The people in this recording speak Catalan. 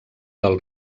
del